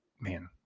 man